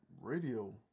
radio